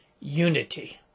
unity